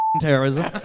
Terrorism